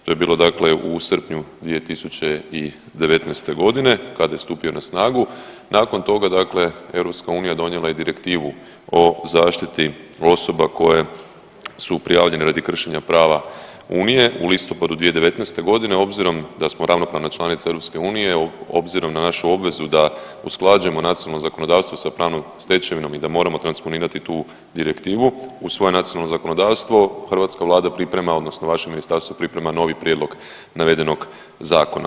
To je bilo dakle u srpnju 2019.g. kada je stupio na snagu, nakon toga dakle EU donijela je Direktivu o zaštiti osoba koje su prijavljene radi kršenja prava unije u listopadu 2019.g. obzirom da smo ravnopravna članica EU obzirom na našu obvezu da usklađujemo nacionalno zakonodavstvo sa pravnom stečevinom i da moramo transponirati tu direktivu u svoje nacionalno zakonodavstvo hrvatska vlada priprema odnosno vaše ministarstvo priprema novi prijedlog navedenog zakona.